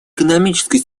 экономическая